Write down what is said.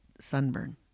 sunburn